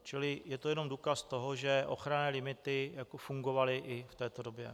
Čili je to jenom důkaz toho, že ochranné limity fungovaly i v této době.